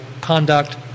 conduct